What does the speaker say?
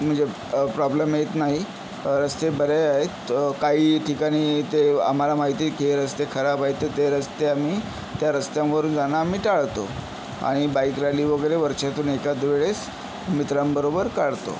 म्हणजे प्राब्लम येत नाही रस्ते बरे आहेत काही ठिकाणी ते आम्हाला माहिती आहे की हे रस्ते खराब आहेत तर ते रस्ते आम्ही त्या रस्त्यांवरून जाणं आम्ही टाळतो आणि बाईक रॅली वगैरे वर्षातून एखाद वेळेस मित्रांबरोबर काढतो